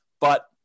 but-